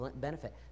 benefit